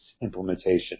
implementation